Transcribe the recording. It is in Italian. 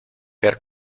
per